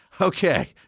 Okay